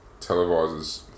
televisors